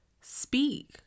speak